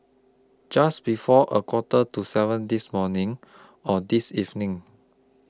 Just before A Quarter to seven This morning Or This evening